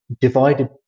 divided